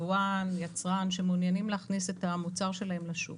יבואן שמעוניינים להכניס את המוצר שלהם לשוק